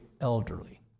elderly